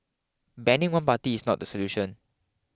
banning one party is not the solution